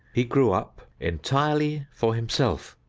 he grew up entirely for himself,